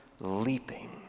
leaping